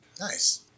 Nice